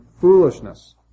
foolishness